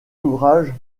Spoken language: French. ouvrage